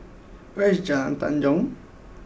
where is Jalan Tanjong